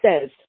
says